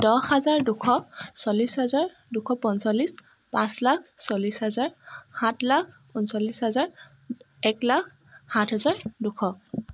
দহ হাজাৰ দুশ চল্লিছ হাজাৰ দুশ পঞ্চল্লিছ পাঁচ লাখ চল্লিছ হাজাৰ সাত লাখ ঊনচল্লিছ হাজাৰ এক লাখ সাত হাজাৰ দুশ